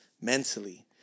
mentally